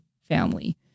family